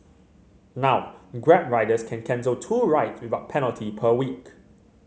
now Grab riders can cancel two rides without penalty per week